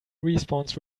respawns